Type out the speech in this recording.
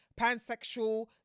pansexual